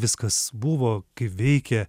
viskas buvo kaip veikė